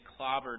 clobbered